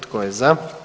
Tko je za?